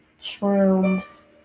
shrooms